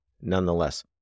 nonetheless